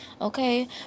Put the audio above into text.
Okay